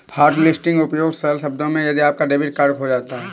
hotlisting उपयोग सरल शब्दों में यदि आपका डेबिट कार्ड खो जाता है